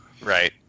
Right